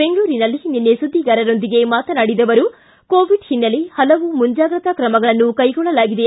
ಬೆಂಗಳೂರಿನಲ್ಲಿ ನಿನ್ನೆ ಸುದ್ದಿಗಾರರೊಂದಿಗೆ ಮಾತನಾಡಿದ ಆವರು ಕೋವಿಡ್ ಹಿನ್ನೆಲೆ ಹಲವು ಮುಂಜಾಗೃತಾ ಕ್ರಮಗಳನ್ನು ಕೈಗೊಳ್ಳಲಾಗಿದೆ